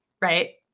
right